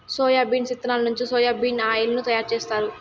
soybeans ఇత్తనాల నుంచి soya bean oil ను తయారు జేత్తారు